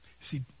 See